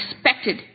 expected